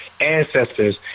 ancestors